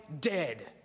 dead